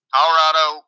Colorado